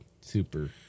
Super